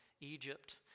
Egypt